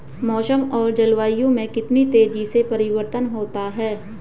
मौसम और जलवायु में कितनी तेजी से परिवर्तन होता है?